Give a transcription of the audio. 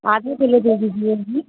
आलू पहले दे दीजिए मुझे